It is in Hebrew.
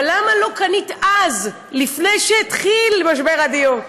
אבל למה לא קנית אז, לפני שהתחיל משבר הדיור?